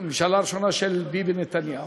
ממשלה ראשונה של ביבי נתניהו.